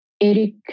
Eric